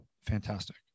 Fantastic